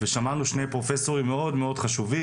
ושמענו שני פרופסורים מאוד מאוד חשובים